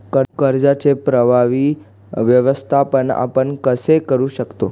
कर्जाचे प्रभावी व्यवस्थापन आपण कसे करु शकतो?